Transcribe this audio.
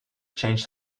change